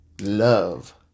love